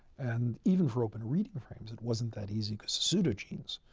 and even for open reading frames, it wasn't that easy because of pseudogenes.